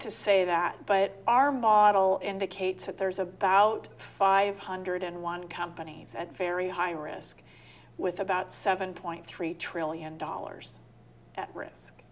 to say that but our model indicates that there's about five hundred and one companies at very high risk with about seven point three trillion dollars at risk